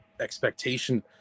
expectation